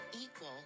equal